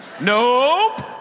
nope